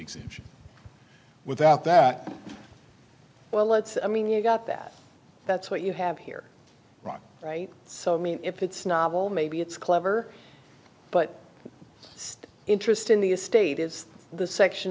exemption without that well let's i mean you got that that's what you have here right right so i mean if it's novel maybe it's clever but interesting the estate is the section